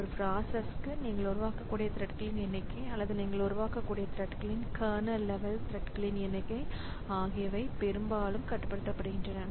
ஒரு ப்ராசஸ்க்கு நீங்கள் உருவாக்கக்கூடிய த்ரெட்களின் எண்ணிக்கை அல்லது நீங்கள் உருவாக்கக்கூடிய த்ரெட்களின் கர்னல் லெவல் த்ரெட்களின் எண்ணிக்கை ஆகியவை பெரும்பாலும் கட்டுப்படுத்தப்படுகின்றன